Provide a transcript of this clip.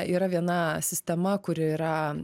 yra viena sistema kuri yra